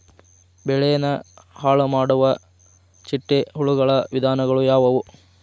ಬೆಳೆನ ಹಾಳುಮಾಡುವ ಚಿಟ್ಟೆ ಹುಳುಗಳ ವಿಧಗಳು ಯಾವವು?